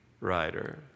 writer